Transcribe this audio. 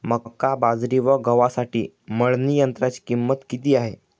मका, बाजरी व गव्हासाठी मळणी यंत्राची किंमत किती आहे?